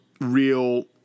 real